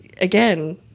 again